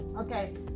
Okay